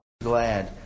glad